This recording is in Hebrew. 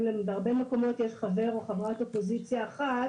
בהרבה מקומות יש חבר או חברת אופוזיציה אחת